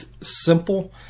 simple